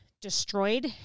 destroyed